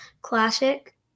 Classic